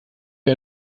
wie